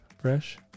fresh